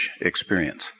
experience